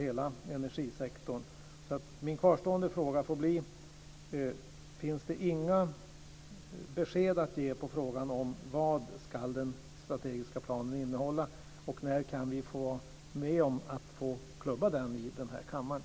Detta tog ju också Birger Mina kvarstående frågor får bli: Finns det inga besked att ge i frågan om vad den strategiska planen ska innehålla? När får vi vara med om att klubba den i den här kammaren?